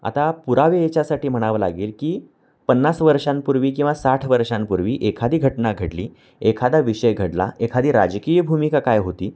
आता पुरावे याच्यासाठी म्हणावं लागेल की पन्नास वर्षांपूर्वी किंवा साठ वर्षांपूर्वी एखादी घटना घडली एखादा विषय घडला एखादी राजकीय भूमिका काय होती